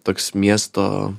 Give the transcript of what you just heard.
toks miesto